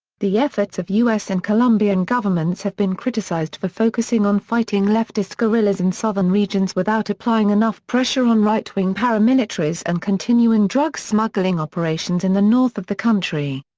the efforts of u s. and colombian governments have been criticized for focusing on fighting leftist guerrillas in southern regions without applying enough pressure on right-wing paramilitaries and continuing drug smuggling operations in the north of the country.